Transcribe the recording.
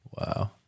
Wow